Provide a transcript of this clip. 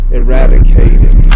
eradicated